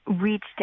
reached